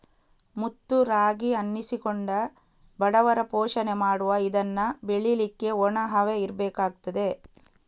ಮುತ್ತು ರಾಗಿ ಅನ್ನಿಸಿಕೊಂಡ ಬಡವರ ಪೋಷಣೆ ಮಾಡುವ ಇದನ್ನ ಬೆಳೀಲಿಕ್ಕೆ ಒಣ ಹವೆ ಇರ್ಬೇಕಾಗ್ತದೆ